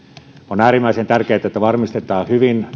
on äärimmäisen tärkeätä että varmistetaan